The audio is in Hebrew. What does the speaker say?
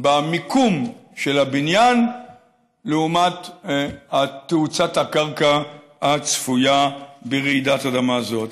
במיקום של הבניין לעומת תאוצת הקרקע הצפויה ברעידת אדמה זאת.